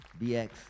bx